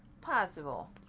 Possible